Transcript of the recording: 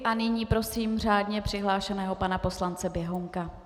A nyní prosím řádně přihlášeného pana poslance Běhounka.